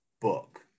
book